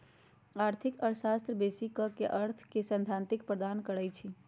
आर्थिक अर्थशास्त्र बेशी क अर्थ के लेल सैद्धांतिक अधार प्रदान करई छै